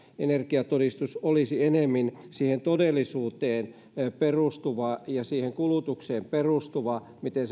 energiatodistus olisi enemmän todellisuuteen perustuva ja kulutukseen perustuva miten